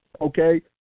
okay